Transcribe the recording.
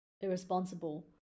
irresponsible